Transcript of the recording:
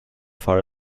far